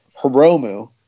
Hiromu